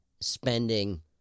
spending –